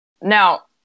Now